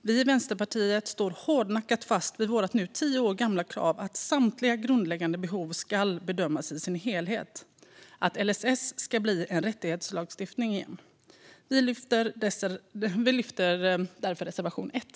Vi i Vänsterpartiet står hårdnackat fast vid vårt nu tio år gamla krav att samtliga grundläggande behov ska bedömas i sin helhet och att LSS ska bli en rättighetslagstiftning igen. Jag lyfter därför reservation 1.